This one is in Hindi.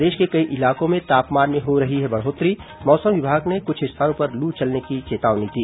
प्रदेश के कई इलाकों में तापमान में हो रही है बढ़ोत्तरी मौसम विभाग ने कुछ स्थानों पर लू चलने की चेतावनी दी